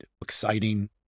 exciting